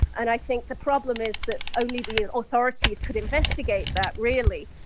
and i think the problem is that only the authorities could investigate that, really,